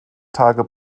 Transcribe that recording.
tage